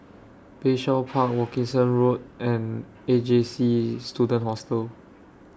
Bayshore Park Wilkinson Road and A J C Student Hostel